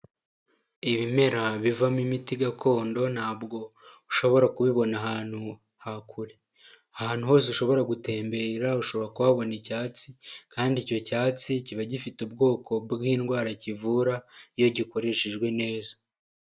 Ibimera bivamo imiti gakondo ntabwo ushobora kubibona ahantu hakure. Ahantu hose ushobora gutembera, ushobora kuhabona icyatsi kandi icyo cyatsi, kiba gifite ubwoko bw'indwara kivura, iyo gikoreshejwe neza.